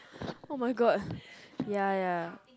oh my god ya ya